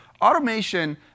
automation